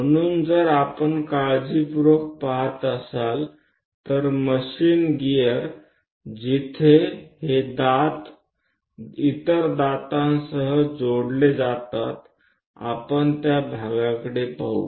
તો જો આપણે ત્યાં કાળજીપૂર્વક જોઈએ કે જ્યાં યંત્રમાં વપરાતાં ગિયરના ટીથ બીજા ગિયરના ટીથ સાથે જોડાય છે ચાલો આપણે તે ભાગ તરફ જોઈએ